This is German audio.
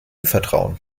vertrauen